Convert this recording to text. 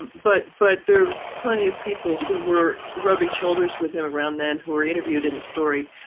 and but but there are plenty of people who were rubbing shoulders with him around then who were interviewed in the story,